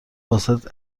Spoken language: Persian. واست